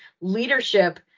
leadership